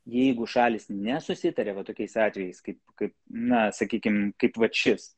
jeigu šalys nesusitaria va tokiais atvejais kaip kaip na sakykim kaip vat šis